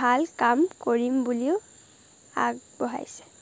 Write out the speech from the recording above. ভাল কাম কৰিম বুলিও আগবঢ়াইছে